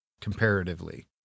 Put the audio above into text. comparatively